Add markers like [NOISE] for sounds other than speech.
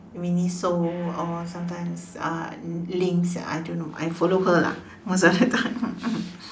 Miniso or sometimes uh links I don't know I follow her lah most of the time [LAUGHS]